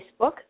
Facebook